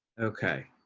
okay,